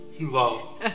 Wow